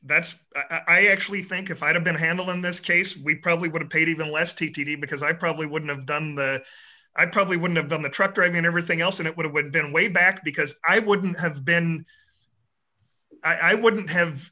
that's i actually think if i had been handling this case we probably would have paid even less t t t because i probably wouldn't have done that i probably would've done the truck i mean everything else and it would have been way back because i wouldn't have been i wouldn't have